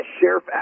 sheriff